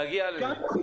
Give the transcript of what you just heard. נגיע לזה.